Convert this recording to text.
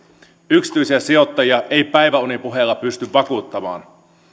yksityisiä sijoittajia ei päiväunipuheilla pysty vakuuttamaan